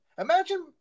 Imagine